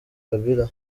kabila